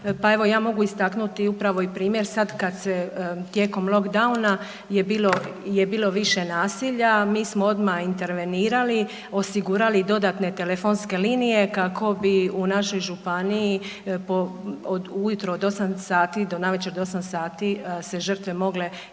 Pa evo ja mogu istaknuti upravo i primjer sada kada se tijekom loockdowna je bilo više nasilja. Mi smo odmah intervenirali, osigurali dodatne telefonske linije kako bi u našoj županiji od ujutro od 8 sati do navečer do 8 sati se žrtve se mogle